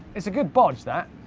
it's a good bodge that.